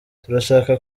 turashaka